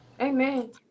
Amen